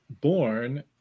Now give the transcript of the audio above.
born